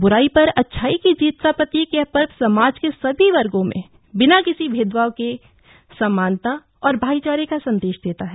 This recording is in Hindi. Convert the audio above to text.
बुराई पर अच्छाई की जीत का प्रतीक यह पर्व समाज के सभी वर्गो में बिना किसी भेदभाव के समानता और भाईचारे का संदेश देता है